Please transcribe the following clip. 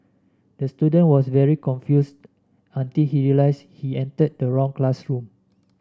the student was very confused until he realised he entered the wrong classroom